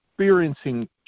Experiencing